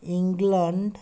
England